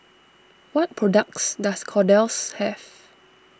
what products does Kordel's have